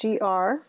GR